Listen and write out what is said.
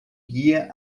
guia